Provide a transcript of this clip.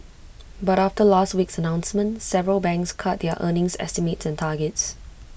but after last week's announcement several banks cut their earnings estimates and targets